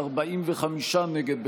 45 נגד,